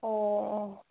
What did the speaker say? অ' অ'